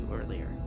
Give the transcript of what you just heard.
earlier